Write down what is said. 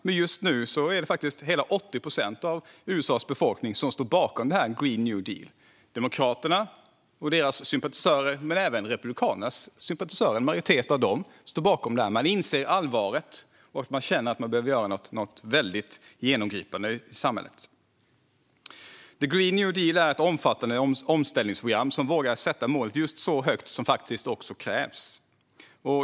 Men just nu är det faktiskt hela 80 procent av USA:s befolkning som står bakom The Green New Deal. Det är demokraterna och deras sympatisörer, men även en majoritet av republikanernas sympatisörer står bakom detta. Man inser allvaret, och man känner att man behöver göra något genomgripande i samhället. The Green New Deal är ett omfattande omställningsprogram som vågar sätta målet just så högt som faktiskt krävs.